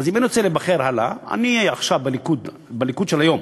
אז אם אני רוצה להיבחר הלאה, בליכוד של היום,